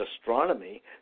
astronomy